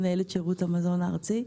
מנהלת שירות המזון הארצי.